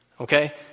Okay